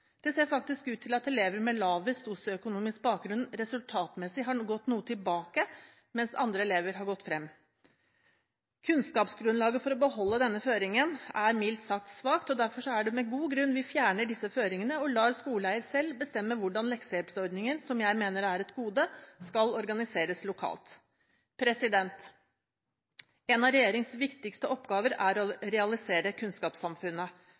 Det ser faktisk ut til at elever med lavest sosioøkonomisk bakgrunn resultatmessig har gått noe tilbake, mens andre elever har gått frem. Kunnskapsgrunnlaget for å beholde denne føringen er mildt sagt svakt, og derfor er det med god grunn vi fjerner disse føringene og lar skoleeier selv bestemme hvordan leksehjelpsordningen, som jeg mener er et gode, skal organiseres lokalt. Én av regjeringens viktigste oppgaver er å realisere kunnskapssamfunnet,